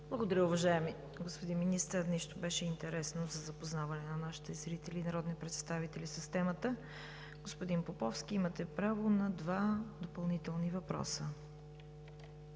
Благодаря Ви, уважаеми господин Министър – беше интересно, за запознаване на нашите зрители и народните представители с темата. Господин Поповски, имате право на два допълнителни въпроса.